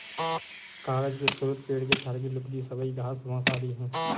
कागज के स्रोत पेड़ के छाल की लुगदी, सबई घास, बाँस आदि हैं